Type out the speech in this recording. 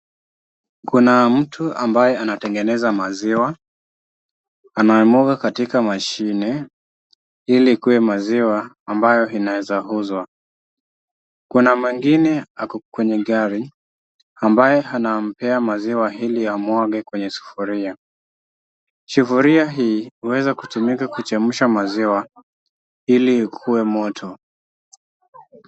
Kuna mtu ambaye anatengeneza maziwa, anayemwagwa katika mashine ili ikuwe maziwa ambayo inaweza kuuzwa. Kuna mwingine ako kwenye gari, ambaye anampea maziwa ili amwage kwenye sufuria. Sufuria hii huweza kutumika kuchemsha maziwa ili ikiwe moto.